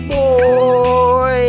boy